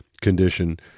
condition